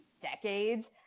decades